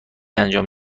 انجام